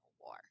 War